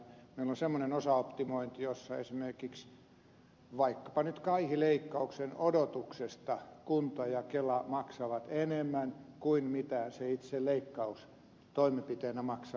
meillä on semmoinen osaoptimointi jossa esimerkiksi vaikkapa nyt kaihileikkauksen odotuksesta kunta ja kela maksavat enemmän kuin mitä se itse leikkaus toimenpiteenä maksaa